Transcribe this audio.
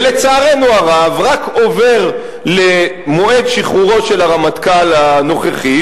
ולצערנו הרב רק עובר למועד שחרורו של הרמטכ"ל הנוכחי,